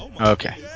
Okay